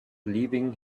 leaving